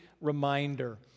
reminder